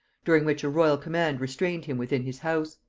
during which a royal command restrained him within his house.